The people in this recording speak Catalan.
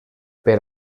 per